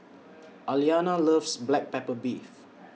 Aliana loves Black Pepper Beef